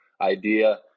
idea